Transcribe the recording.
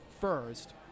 first